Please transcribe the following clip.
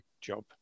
job